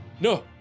no